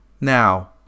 Now